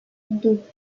deux